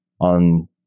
on